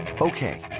Okay